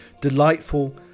delightful